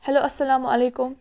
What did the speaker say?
hello اسلام وعلیکُم